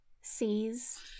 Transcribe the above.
sees